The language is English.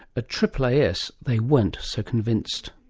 ah aaas they weren't so convinced.